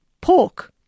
Pork